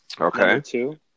Okay